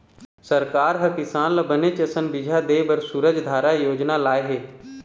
सरकार ह किसान ल बने असन बिजहा देय बर सूरजधारा योजना लाय हे